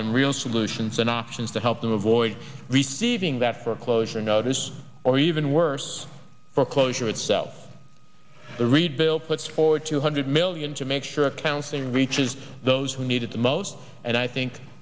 them real solutions and options to help them avoid receiving that foreclosure notice or even worse foreclosure itself the read bill puts forward two hundred million to make sure accounting reaches those who need it the most and i think